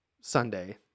sunday